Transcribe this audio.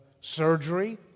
surgery